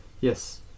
yes